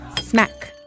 smack